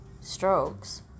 strokes